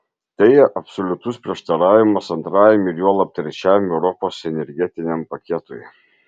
tai absoliutus prieštaravimas antrajam ir juolab trečiajam europos energetiniam paketui